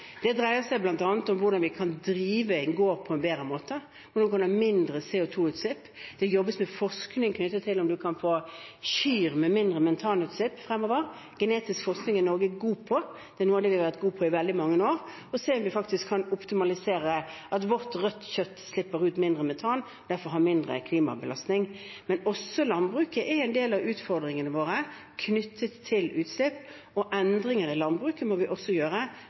Det dreier seg bl.a. om hvordan man kan drive en gård på en bedre måte, hvordan man kan få mindre CO2-utslipp. Det jobbes med forskning knyttet til kyr og mindre metanutslipp fremover – genetisk forskning er noe Norge er god på, og har vært god på i veldig mange år – for å se på om man faktisk kan optimalisere, at produksjonen av vårt røde kjøtt slipper ut mindre metan og derfor fører til mindre klimabelastning. Landbruket er også en del av utfordringene våre knyttet til utslipp. Endringer i landbruket må vi også gjøre